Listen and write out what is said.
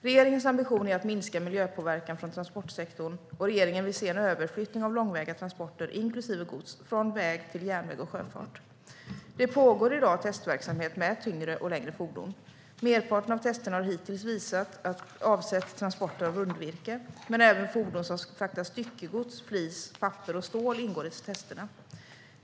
Regeringens ambition är att minska miljöpåverkan från transportsektorn, och regeringen vill se en överflyttning av långväga transporter, inklusive gods, från väg till järnväg och sjöfart. Det pågår i dag testverksamhet med tyngre och längre fordon. Merparten av testerna har hittills avsett transporter av rundvirke. Men även fordon som fraktar styckegods, flis, papper och stål ingår i testerna.